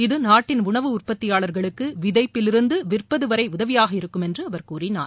இது நாட்டின் உணவு உற்பத்தியாளர்களுக்கு விதைப்பதிலிருந்து விற்பது வரை உதவியாக இருக்கும் என்று அவர் கூறினார்